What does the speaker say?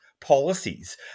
policies